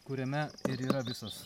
kuriame yra visas